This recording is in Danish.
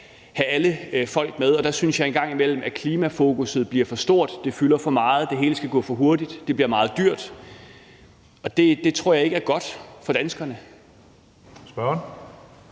have alle folk med, og der synes jeg en gang imellem, at klimafokusset bliver for stort; det fylder for meget, det hele skal gå for hurtigt, og det bliver meget dyrt. Og det tror jeg ikke er godt for danskerne. Kl.